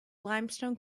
limestone